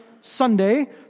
Sunday